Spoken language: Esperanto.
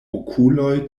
okuloj